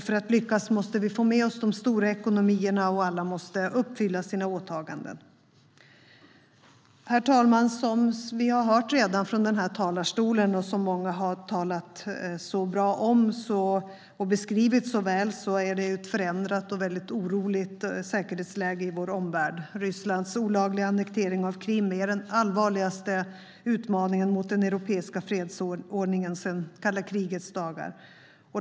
För att lyckas måste vi få med oss de stora ekonomierna, och alla måste uppfylla sina åtaganden. Herr talman! Som vi redan har hört från talarstolen - och som många har talat så bra om och beskrivit så väl - är det ett förändrat och oroligt säkerhetsläge i vår omvärld. Rysslands olagliga annektering av Krim är den allvarligaste utmaningen mot den europeiska fredsordningen sedan kalla krigets dagar.